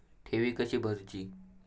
ठेवी कशी भरूची?